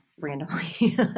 randomly